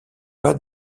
pas